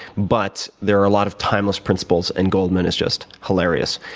but there are a lot of timeless principles and goldman is just hilarious.